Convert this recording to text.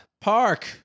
Park